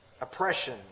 Oppression